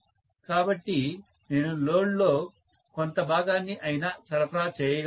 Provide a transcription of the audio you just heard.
కాబట్టి నేను లోడ్లో కొంత భాగాన్ని అయినా సరఫరా చేయగలను